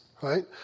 Right